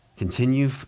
Continue